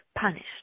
punished